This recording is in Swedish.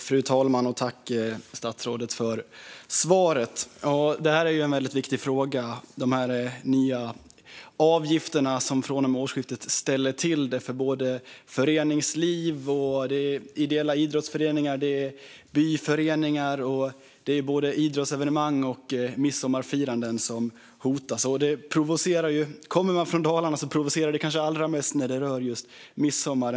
Fru talman! Tack, statsrådet, för svaret! Detta är en väldigt viktig fråga. De nya avgifterna ställer från och med årsskiftet till det för föreningslivet. Det handlar om ideella idrottsföreningar och byföreningar. Det är både idrottsevenemang och midsommarfiranden som hotas. Kommer man från Dalarna är det kanske allra mest provocerande när det rör just midsommaren.